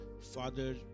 father